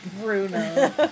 Bruno